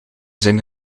zijn